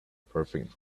perfect